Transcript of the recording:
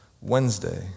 Wednesday